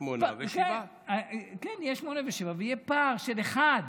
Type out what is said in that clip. שמונה ושבעה ויהיה פער של אחד.